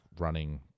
running